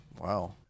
Wow